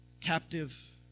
captive